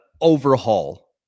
overhaul